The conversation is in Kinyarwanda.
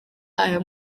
aya